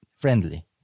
Friendly